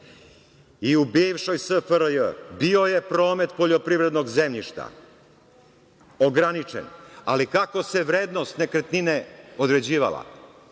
i u bivšoj SFRJ bio je promet poljoprivrednog zemljišta ograničen, ali kako se vrednost nekretnine određivala